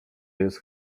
jest